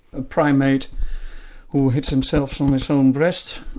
a primate who hits himself on his own breast,